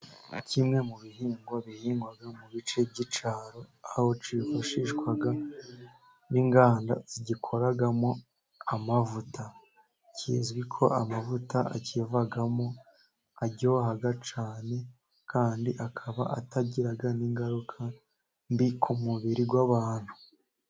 Nka kimwe mu bihingwa bihingwa mu bice by'icyaro, aho cyifashishwa n'inganda zigikoramo amavuta, kizwi ko amavuta akivamo aryoha cyane, kandi akaba atagira n'ingaruka mbi ku mubiri w'abantu.